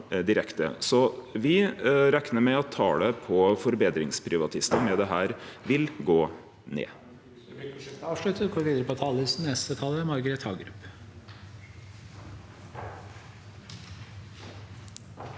vi reknar med at talet på forbetringsprivatistar med dette vil gå ned.